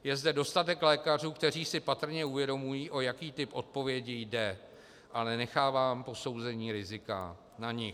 Je zde dostatek lékařů, kteří si patrně uvědomují, o jaký typ odpovědi jde, ale nechávám posouzení rizika na nich.